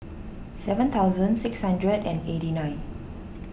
seven thousand six hundred and eighty nine